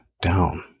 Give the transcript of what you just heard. down